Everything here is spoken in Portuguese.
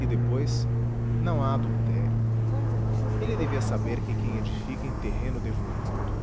e depois não há adultério ele devia saber que quem edifica em terreno devoluto